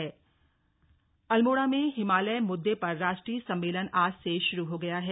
पर्वत दिवस अल्मोड़ा में हिमालय मुद्दे पर राष्ट्रीय सम्मेलन आज से शुरू हो गय है